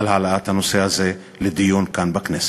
על העלאת הנושא הזה לדיון כאן בכנסת.